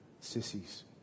sissies